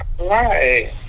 Right